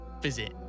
visit